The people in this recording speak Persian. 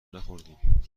نخوردیم